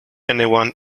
anyone